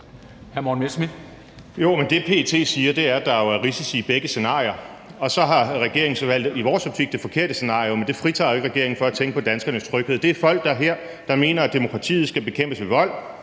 det, PET siger, er, at der jo er risici i begge scenarier. Og så har regeringen så – i vores optik – valgt det forkerte scenario, men det fritager jo ikke regeringen for at tænke på danskernes tryghed. Det her er folk, der mener, at demokratiet skal bekæmpes med vold,